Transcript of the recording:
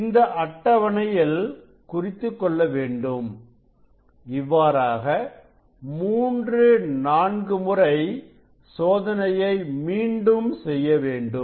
இதை அட்டவணையில் குறித்துக்கொள்ள வேண்டும் இவ்வாறாக மூன்று நான்கு முறை சோதனையை மீண்டும் செய்ய வேண்டும்